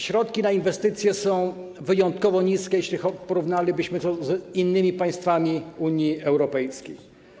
Środki na inwestycje są wyjątkowo małe, jeśli porównalibyśmy to z innymi państwami Unii Europejskiej.